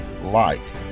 light